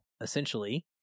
essentially